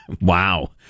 Wow